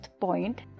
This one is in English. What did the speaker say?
point